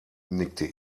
nickte